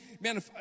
Man